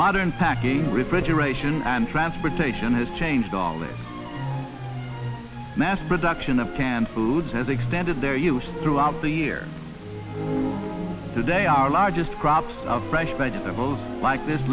modern packaging refrigeration and transportation has changed all that mass production of canned foods has extended their use throughout the year today our largest crops of fresh vegetables like this